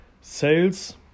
sales